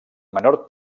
menor